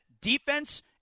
defense –